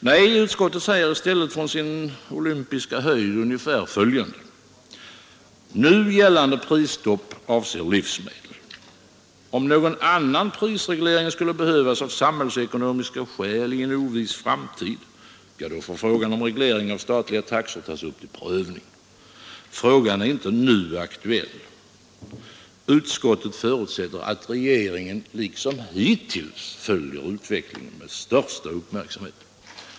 Nej, utskottet säger i stället från sin olympiska höjd ungefär följande: Nu gällande prisstopp avser livsmedel. Om någon annan prisreglering skulle behövas av samhällsekonomiska skäl i en oviss framtid, får frågan om reglering av statliga taxor tagas upp till prövning. Frågan är inte nu aktuell. Utskottet förutsätter att regeringen, liksom hittills, följer utvecklingen med största uppmärksamhet.